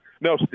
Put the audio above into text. no